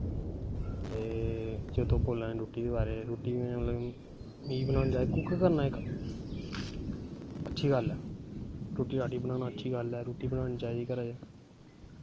ते जे तुस बोला दे रुट्टी दे बारे च ते रुट्टी बना चाही दी कुक करना अच्छी गल्ल ऐ रुट्टी रट्टी बनाना अच्थी गल्ल ऐ रुट्टी बनाना चाही दी